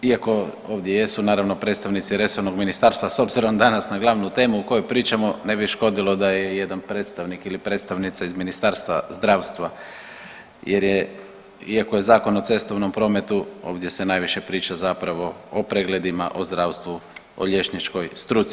Iako ovdje jesu naravno predstavnici resornog ministarstva, s obzirom danas na glavnu temu o kojoj pričamo ne bi škodilo da je jedan predstavnik ili predstavnica iz Ministarstva zdravstva, jer iako je Zakon o cestovnom prometu ovdje se najviše priča zapravo o pregledima, o zdravstvu, o liječničkoj struci.